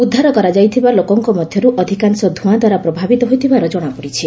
ଉଦ୍ଧାର କରାଯାଇଥିବା ଲୋକଙ୍କ ମଧ୍ୟରୁ ଅଧିକାଂଶ ଧୁଆଁଦ୍ୱାରା ପ୍ରଭାବିତ ହୋଇଥିବାର ଜଣାପଡ଼ିଛି